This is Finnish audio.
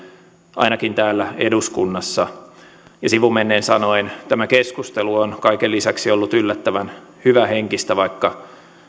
ainakin täällä eduskunnassa sivumennen sanoen tämä keskustelu on kaiken lisäksi ollut yllättävän hyvähenkistä vaikka